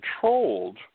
controlled